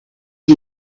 you